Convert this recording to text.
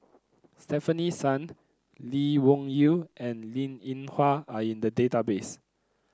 Stefanie Sun Lee Wung Yew and Linn In Hua are in the database